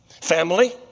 Family